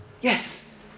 Yes